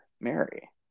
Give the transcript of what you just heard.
Mary